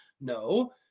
No